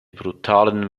brutalen